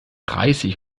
dreißig